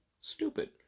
stupid